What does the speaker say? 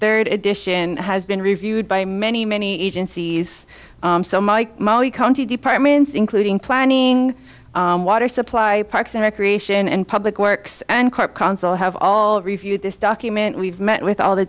third edition has been reviewed by many many agencies molly county departments including planning water supply parks and recreation and public works and court consul have all reviewed this document we've met with all the